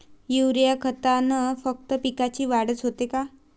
Urea खतानं फक्त पिकाची वाढच होते का?